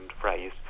phrase